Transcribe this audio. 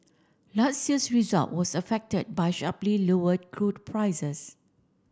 last year's result were affected by sharply lower crude prices